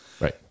Right